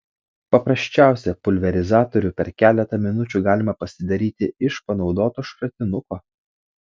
paprasčiausią pulverizatorių per keletą minučių galima pasidaryti iš panaudoto šratinuko